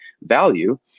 value